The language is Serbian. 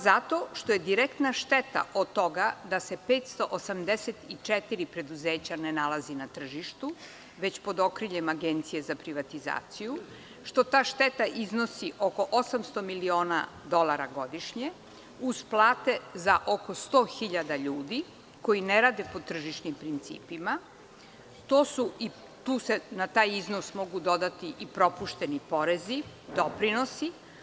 Zato što je direktna šteta od toga da se 584 preduzeća ne nalaze na tržištu, već pod okriljem Agencije za privatizaciju, što ta šteta iznosi oko 800 miliona dolara godišnje, uz plate za oko 100 hiljada ljudi koji ne rade po tržišnim principima, plus propušteni porezi, doprinosi.